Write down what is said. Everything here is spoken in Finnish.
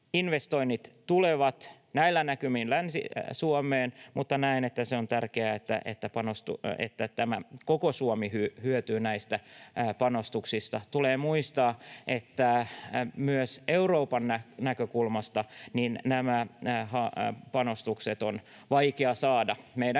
tulevat näillä näkymin Länsi-Suomeen, mutta näen, että on tärkeää, että koko Suomi hyötyy näistä panostuksista. Tulee muistaa, että myös Euroopan näkökulmasta näitä panostuksia on vaikeaa saada. Meidän kilpailijat